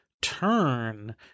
turn